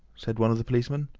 said one of the policemen.